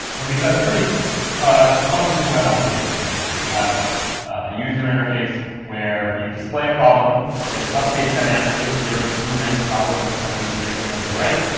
we've got a pretty ah functioning web application at this point. we have a user interface where we display a problem that updates dynamically, that generates new random problems every time the user gets the answer right,